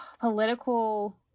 political